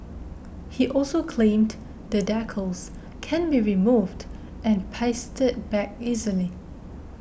he also claimed the decals can be removed and pasted back easily